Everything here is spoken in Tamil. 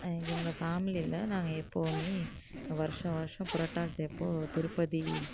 எங்கள் ஃபேமிலியில் நாங்கள் எப்பவுமே வருஷம் வருஷம் புரட்டாசியப்போது திருப்பதி